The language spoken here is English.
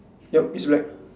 yup it's black